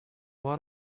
what